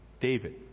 David